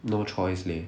no choice leh